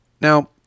Now